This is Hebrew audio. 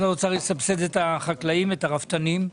האוצר יסבסד את החקלאים ואת הרפתנים?